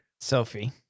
Sophie